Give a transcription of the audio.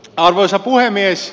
arvoisa puhemies